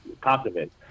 compliment